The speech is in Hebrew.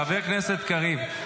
חבר הכנסת קריב,